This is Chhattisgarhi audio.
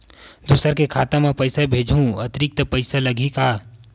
दूसरा के खाता म पईसा भेजहूँ अतिरिक्त पईसा लगही का?